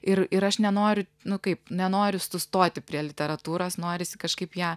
ir ir aš nenoriu nu kaip nenoriu sustoti prie literatūros norisi kažkaip ją